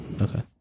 okay